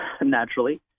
naturally